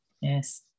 yes